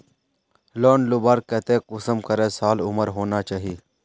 Loan लुबार केते कुंसम करे साल उमर होना चही?